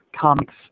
comics